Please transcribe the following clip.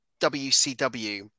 WCW